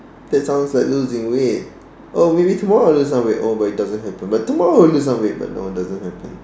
that sounds like losing weight oh maybe tomorrow I'll lose some weight oh but it doesn't happen oh but tomorrow I'll lose some weight but no it doesn't happen